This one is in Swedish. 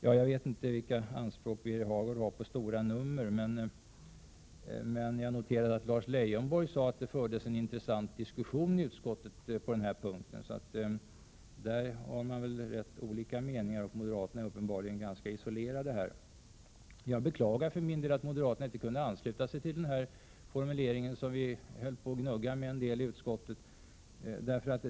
Ja, jag vet ju inte vilka anspråk Birger Hagård har på stora nummer, men jag lade märke till att Lars Leijonborg sade att det hade förts en intressant diskussion i utskottet på den här punkten, så där är moderaterna uppenbarligen ganska isolerade. För min del beklagar jag att moderaterna inte kunde ansluta sig till den formulering som vi gnuggade en hel deliutskottet.